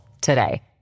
today